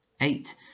Eight